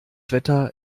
wetter